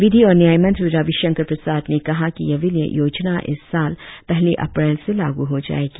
विधि और न्याय मंत्री रविशंकर प्रसाद ने कहा कि यह विलय योजना इस साल पहली अप्रैल से लागू हो जाएगी